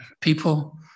People